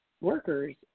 workers